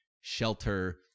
shelter